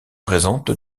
présente